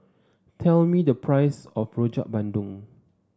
tell me the price of Rojak Bandung